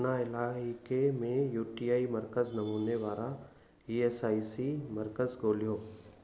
पटना इलाइक़े में U T I मर्कज़ नमूने वारा ई एस आई सी मर्कज़ ॻोल्हियो